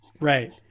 Right